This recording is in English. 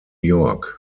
york